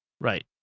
right